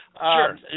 Sure